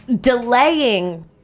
delaying